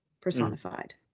personified